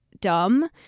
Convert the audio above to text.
dumb